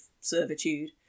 servitude